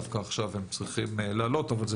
דווקא עכשיו הם צריכים לעלות אבל זה